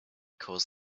caused